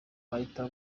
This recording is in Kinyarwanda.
bahita